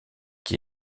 qui